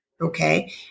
okay